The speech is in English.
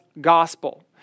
gospel